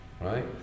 right